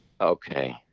Okay